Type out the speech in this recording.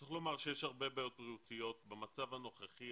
צריך לומר שיש הרבה בעיות בריאותיות במצב הנוכחי,